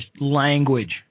language